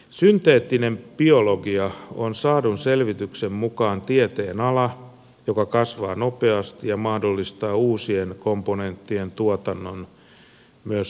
synteettinen biologia on saadun selvityksen mukaan tieteen ala joka kasvaa nopeasti ja mahdollistaa uusien komponenttien tuotannon myös sotilastarkoituksiin